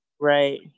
Right